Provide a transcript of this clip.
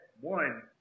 One